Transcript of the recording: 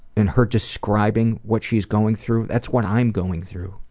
and her describing what she's going through, that's what i'm going through.